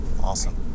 Awesome